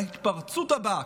ההתפרצות הבאה,